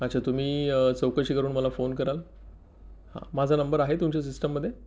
अच्छा तुम्ही चौकशी करून मला फोन कराल हां माझा नंबर आहे तुमच्या सिस्टममध्ये